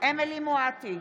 אמילי חיה מואטי,